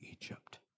Egypt